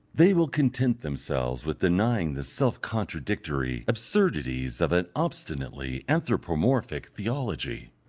they will content themselves with denying the self-contradictory absurdities of an obstinately anthropomorphic theology,